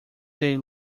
day